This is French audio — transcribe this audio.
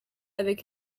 avec